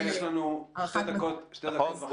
מאיר, יש לנו שתי דקות וחצי.